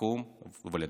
לקום ולדבר.